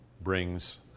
brings